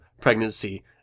pregnancy